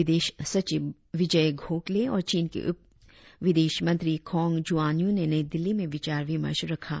विदेश सचिव विजय गौखले और चीन के उप विदेश मंत्री कोंग जुआनयू ने नई दिल्ली में विचार विमर्श रखा